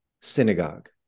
synagogue